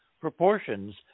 proportions